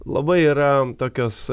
labai yra tokios